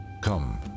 Come